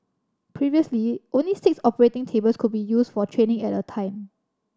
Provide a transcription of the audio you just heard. previously only six operating tables could be used for training at a time